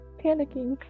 panicking